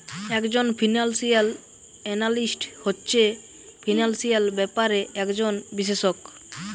একজন financial analyst হচ্ছে financial ব্যাপারে একজন বিশেষজ্ঞ